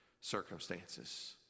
circumstances